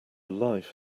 life